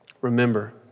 remember